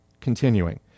continuing